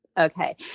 Okay